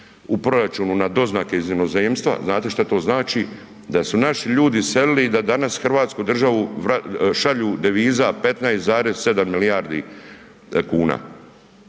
u proračunu na doznake iz inozemstva, znate šta to znači, da su naši ljudi iselili i da danas u Hrvatsku državu šalju deviza 15,7 milijardi kuna.